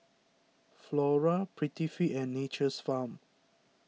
Flora Prettyfit and Nature's Farm